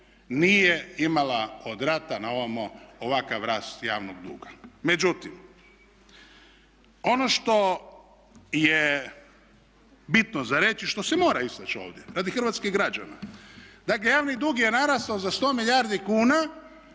nije imala od rata na ovamo ovakav rast javnog duga. Međutim, ono što je bitno za reći i što se mora izreći ovdje radi hrvatskih građana, dakle javni dug je narastao za 100 milijardi kuna